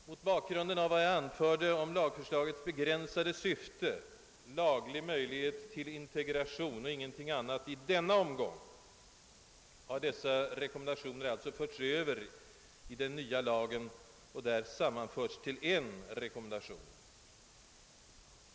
Mot bakgrunden av vad jag anförde om lagförslagets begränsade syfte — laglig möjlighet till integration och ingenting annat i denna omgång — har dessa rekommendationer alltså förts över i den nya lagen och där sammanförts till en rekommendation.